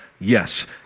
yes